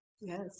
yes